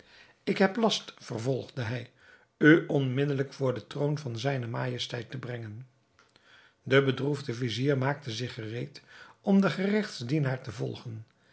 ik heb last vervolgde hij u onmiddelijk voor den troon van zijne majesteit te brengen de bedroefde vizier maakte zich gereed om den geregtsdienaar te volgen